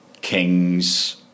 Kings